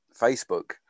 Facebook